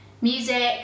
music